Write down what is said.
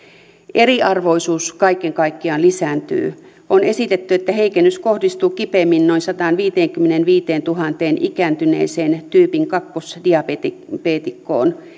eriarvoisuus kaiken kaikkiaan lisääntyy on esitetty että heikennys kohdistuu kipeimmin noin sataanviiteenkymmeneenviiteentuhanteen ikääntyneeseen tyypin kahteen diabeetikkoon